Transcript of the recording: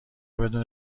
بدون